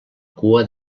cua